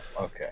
okay